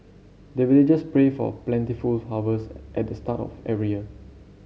the villagers pray for plentiful harvest at the start of every year